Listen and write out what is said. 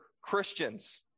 Christians